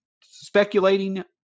speculating